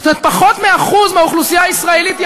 פחות מ-1% מהאוכלוסייה הישראלית היא